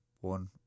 One